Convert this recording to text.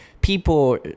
people